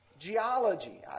geology